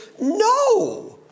No